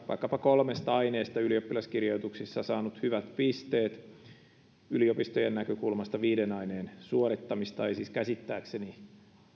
vaikkapa kolmesta aineesta ylioppilaskirjoituksissa saanut hyvät pisteet yliopistojen näkökulmasta viiden aineen suorittamista ei siis käsittääkseni